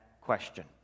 question